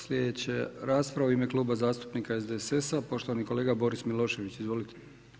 Slijedeća rasprava u ime Kluba zastupnika SDSS-a, poštovani kolega Boris Milošević, izvolite.